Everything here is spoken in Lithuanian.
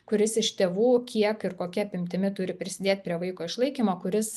kuris iš tėvų kiek ir kokia apimtimi turi prisidėt prie vaiko išlaikymo kuris